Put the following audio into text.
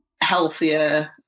healthier